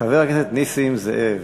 חבר הכנסת נסים זאב,